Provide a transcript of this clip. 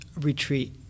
retreat